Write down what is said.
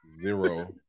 zero